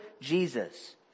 Jesus